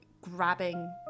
grabbing